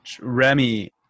Remy